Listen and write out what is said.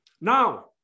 Now